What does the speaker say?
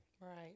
right